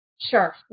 Sure